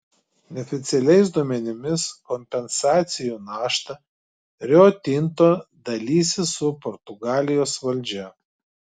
neoficialiais duomenimis kompensacijų naštą rio tinto dalysis su portugalijos valdžia